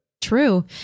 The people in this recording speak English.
true